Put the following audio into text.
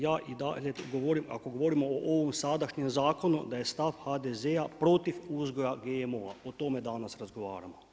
Ja i dalje govorim, ako govorimo o ovom sadašnjem zakonu da je stav HDZ-a protiv uzgoja GMO-a o tome danas razgovaramo.